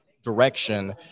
Direction